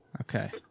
Okay